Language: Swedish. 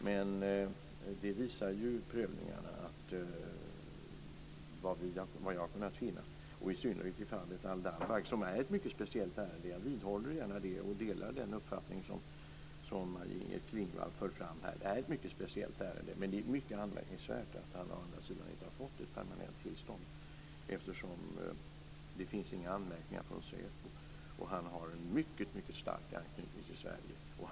Men det visar sig inte i prövningarna vad jag har kunnat finna. Det gäller i synnerhet fallet Al-Dabbagh. Det är ett mycket speciellt ärende. Jag vidhåller gärna det och delar den uppfattning som Maj-Inger Klingvall för fram här. Det är ett mycket speciellt ärende. Men det är å andra sidan mycket anmärkningsvärt att han inte har fått ett permanent tillstånd. Det finns inga anmärkningar från säpo och han har en mycket stark anknytning till Sverige.